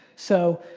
so,